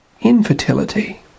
infertility